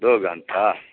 دو گھنٹہ